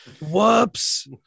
Whoops